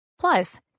Plus